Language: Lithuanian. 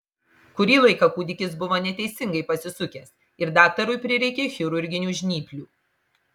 kurį laiką kūdikis buvo neteisingai pasisukęs ir daktarui prireikė chirurginių žnyplių